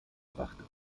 brachte